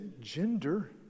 gender